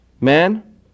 Man